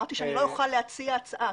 אמרתי שאני לא אוכל להציע הצעה.